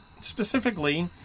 Specifically